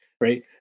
right